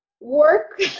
Work